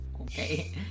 Okay